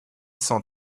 cent